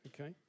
Okay